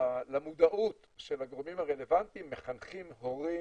למודעות של הגורמים הרלוונטיים, מחנכים, הורים,